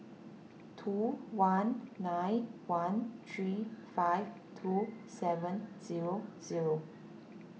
two one nine one three five two seven zero zero